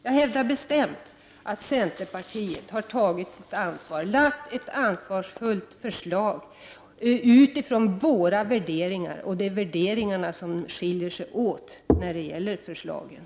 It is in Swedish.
Jag hävdar bestämt att vi i centerpartiet har tagit vårt ansvar. Vi har lagt fram förslag utifrån centerns värderingar som tyder på ansvarsfullhet. Och det är just värderingarna som skiljer partiernas förslag åt.